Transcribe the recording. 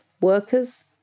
workers